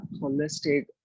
holistic